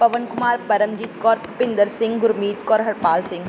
Pawan Kumar Paramjit Kaur Bhupinder Singh Gurmeet Kaur Harpal Singh